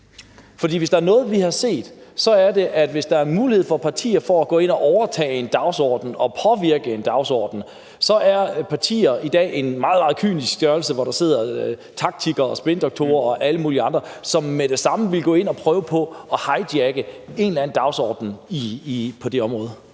Hvis der er noget, vi har set, så er det, at er der mulighed for partier for at gå ind og overtage en dagsorden og påvirke en dagsorden, så er de i dag en meget, meget kynisk størrelse, hvor der sidder taktikere og spindoktorer og alle mulige andre, som med det samme ville gå ind og prøve at hijacke en eller anden dagsorden på et område.